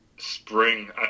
Spring